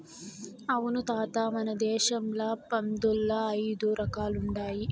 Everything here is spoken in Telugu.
అవును తాత మన దేశంల పందుల్ల ఐదు రకాలుండాయి